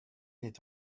n’est